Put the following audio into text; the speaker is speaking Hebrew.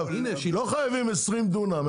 לא חייבים 20 דונם,